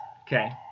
Okay